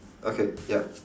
okay ya